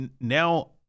now